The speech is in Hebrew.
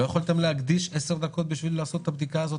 לא יכולתם להקדיש עשר דקות בשביל לעשות את הבדיקה הזאת?